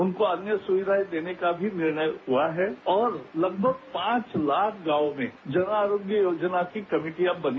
उनको अन्य सुविधाएं देने का भी निर्णय हुआ है और लगभग पांच लाख गांवों में जन आरोग्य योजनाओं की कमेटियां बनी